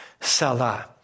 Salah